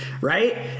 right